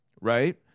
right